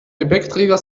gepäckträger